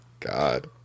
God